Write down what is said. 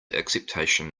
acceptation